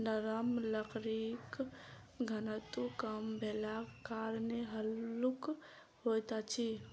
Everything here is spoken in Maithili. नरम लकड़ीक घनत्व कम भेलाक कारणेँ हल्लुक होइत अछि